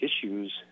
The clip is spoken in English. issues